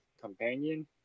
companion